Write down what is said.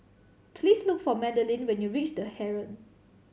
please look for Madelene when you reach The Heeren